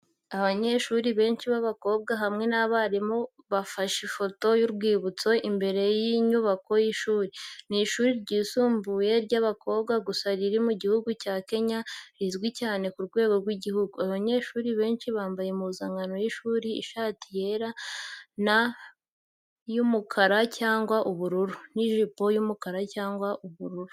Abanyeshuri benshi b’abakobwa hamwe n’abarimu, bafashe ifoto y’urwibutso imbere y’inyubako y’ishuri. Ni ishuri ryisumbuye ry’abakobwa gusa riri mu gihugu cya Kenya, rizwi cyane ku rwego rw’igihugu. Abanyeshuri benshi bambaye impuzankano y'ishuri ishati yera na y’umukara cyangwa ubururu, n’ijipo y’umukara cyangwa ubururu.